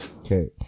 okay